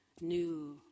new